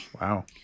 Wow